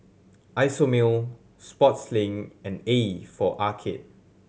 Isomil Sportslink and A for Arcade